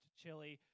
chili